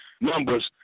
numbers